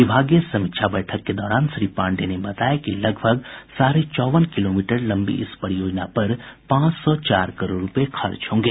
विभागीय समीक्षा बैठक के दौरान श्री पांडेय ने बताया कि लगभग साढ़े चौवन किलोमीटर लंबी इस परियोजना पर पांच सौ चार करोड़ रुपये खर्च होंगे